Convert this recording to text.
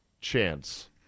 chance